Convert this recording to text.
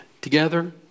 together